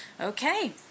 Okay